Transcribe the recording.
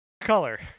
color